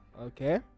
okay